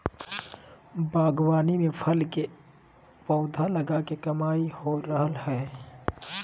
बागवानी में फल के पौधा लगा के कमाई हो रहल हई